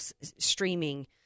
streaming